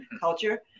culture